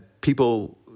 people